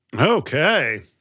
Okay